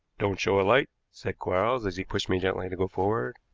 don't show a light, said quarles as he pushed me gently to go forward.